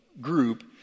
group